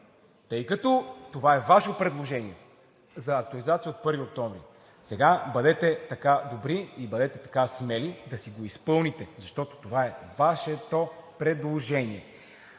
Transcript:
тъй като е важно това предложение за актуализацията от 1 октомври. Бъдете така добри и бъдете така смели да си го изпълните, защото това е Вашето предложение!